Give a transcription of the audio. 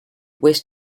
west